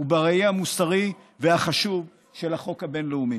ובראי המוסרי והחשוב של החוק הבין-לאומי.